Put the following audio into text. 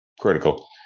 Critical